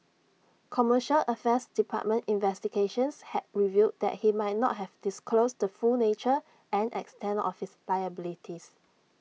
commercial affairs department investigations had revealed that he might not have disclosed the full nature and extent of his liabilities